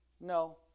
no